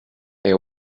they